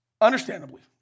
Understandably